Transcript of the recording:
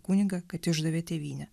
kunigą kad išdavė tėvynę